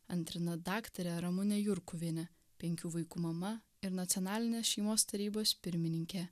antrina daktarė ramunė jurkuvienė penkių vaikų mama ir nacionalinės šeimos tarybos pirmininkė